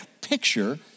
picture